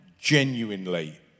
genuinely